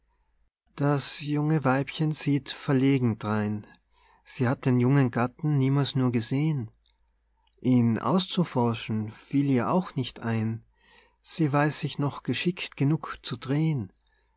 das junge weibchen sieht verlegen drein sie hat den jungen gatten niemals nur gesehen ihn auszuforschen fiel ihr auch nicht ein sie weiß sich noch geschickt genug zu drehen